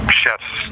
chefs